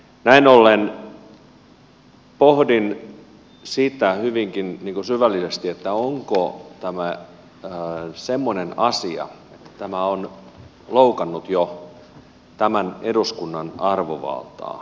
näin ollen pohdin sitä hyvinkin syvällisesti onko tämä semmoinen asia että tämä on loukannut jo eduskunnan arvovaltaa